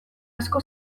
asko